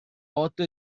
otto